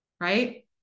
right